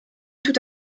tout